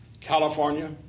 California